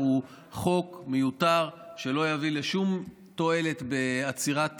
חוק מיותר שלא יביא לשום תועלת בעצירת